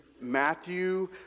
Matthew